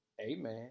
Amen